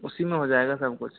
उसी में हो जाएगा सब कुछ